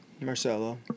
Marcelo